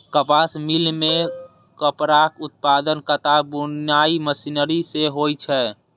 कपास मिल मे कपड़ाक उत्पादन कताइ बुनाइ मशीनरी सं होइ छै